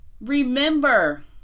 remember